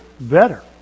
better